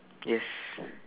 yes